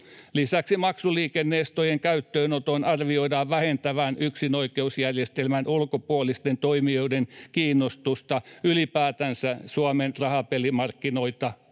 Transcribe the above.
Lisäksi maksuliikenne-estojen käyttöönoton arvioidaan vähentävän yksinoikeusjärjestelmän ulkopuolisten toimijoiden kiinnostusta ylipäätänsä Suomen rahapelimarkkinoita